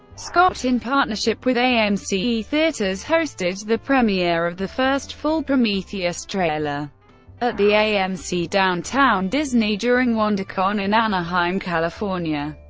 scott, in partnership with amc theatres, hosted the premiere of the first full prometheus trailer at the amc downtown disney during wondercon in anaheim, california.